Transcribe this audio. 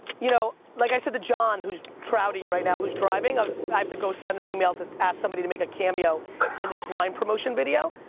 you know, like i said to john, who's trouty right now, who's driving, um i have to go send an email to ask somebody to make a cameo in this wine promotion video,